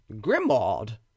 grimaud